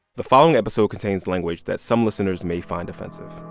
the following episode contains language that some listeners may find offensive